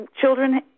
children